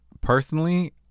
Personally